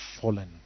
fallen